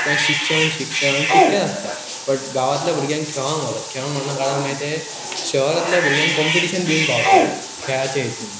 तें शिक्षण शिक्षण टितकेच आसतात बट गांवांतल्या भुरग्यांक खेळांक वतात खेळांक मागीर कारणान मागीर ते शहरांतल्या भुरग्यांक कॉम्पिटिशन दिवक पावतात खेळाच हितून